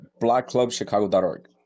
blackclubchicago.org